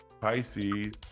Pisces